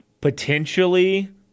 potentially